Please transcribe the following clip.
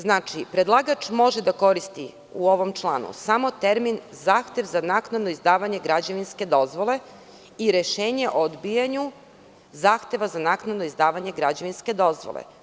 Znači, predlagač može da koristi u ovom članu samo termin: „zahtev za naknadno izdavanje građevinske dozvole i rešenje o odbijanju zahteva za naknadno izdavanje građevinske dozvole“